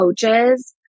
coaches